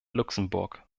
luxemburg